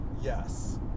Yes